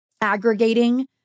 aggregating